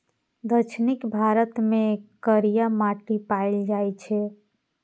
दक्षिण भारत मे करिया माटि पाएल जाइ छै